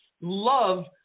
love